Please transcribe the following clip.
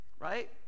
Right